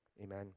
Amen